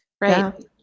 Right